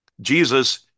Jesus